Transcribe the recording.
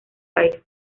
país